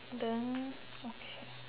then okay